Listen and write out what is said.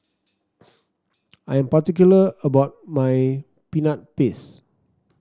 I am particular about my Peanut Paste